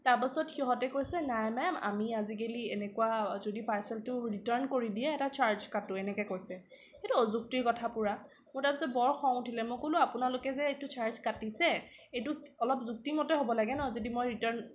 তাৰপাছত সিহঁতে কৈছে নাই মেম আমি আজিকালি এনেকুৱা যদি পাৰ্চেলটো ৰিটাৰ্ণ কৰি দিয়ে এটা চাৰ্জ কাটোঁ এনেকৈ কৈছে সেইটো অযুক্তিৰ কথা পূৰা মোৰ তাৰপাছত বৰ খং উঠিলে মই ক'লো বোলো আপোনালোকে যে এইটো চাৰ্জ কাটিছে এইটো অলপ যুক্তিমতে হ'ব লাগে ন যদি মই ৰিটাৰ্ণ